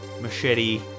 machete